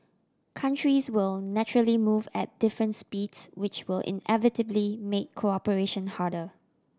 countries will naturally move at different speeds which will inevitably make cooperation harder